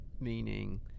meaning